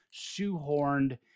shoehorned